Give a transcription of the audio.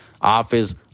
office